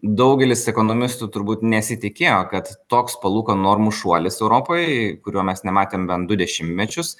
daugelis ekonomistų turbūt nesitikėjo kad toks palūkanų normų šuolis europoj kurio mes nematėme bent du dešimtmečius